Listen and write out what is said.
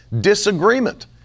disagreement